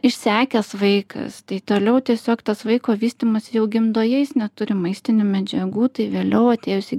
išsekęs vaikas tai toliau tiesiog tas vaiko vystymas jau gimdoje jis neturi maistinių medžiagų tai vėliau atėjus į